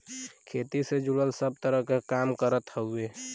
खेती से जुड़ल सब तरह क काम करत हउवे